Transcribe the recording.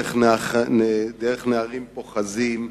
דרך נערים פוחזים,